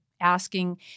asking